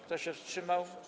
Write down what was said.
Kto się wstrzymał?